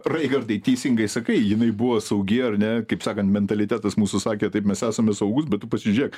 raigardai teisingai sakai jinai buvo saugi ar ne kaip sakant mentalitetas mūsų sakė taip mes esame saugūs bet tu pasižiūrėk